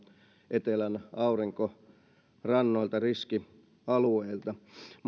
etelän aurinkorannoilta riskialueilta